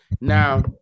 Now